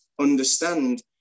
understand